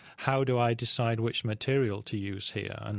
how do i decide which material to use here? and